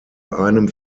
einem